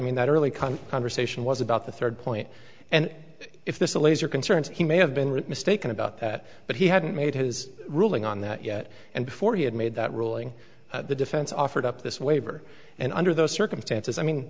mean that early con conversation was about the third point and if this allays your concerns he may have been mistaken about that but he hadn't made his ruling on that yet and before he had made that ruling the defense offered up this waiver and under those circumstances i mean